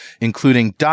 including